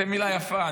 זו מילה יפה,